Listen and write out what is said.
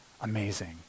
amazing